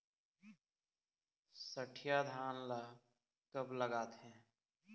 सठिया धान ला कब लगाथें?